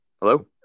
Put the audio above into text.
Hello